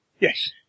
yes